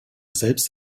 selbst